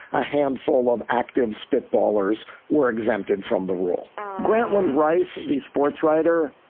a handful of active spitballs were exempted from the rule grantland rice, the sportswriter.